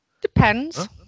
depends